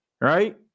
right